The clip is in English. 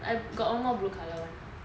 I got one more blue colour [one] ah